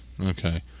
Okay